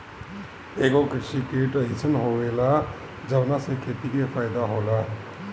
एगो कृषि किट अइसन होएला जवना से खेती के फायदा होला